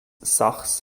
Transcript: sachs